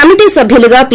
committee సభ్వులుగా P